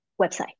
website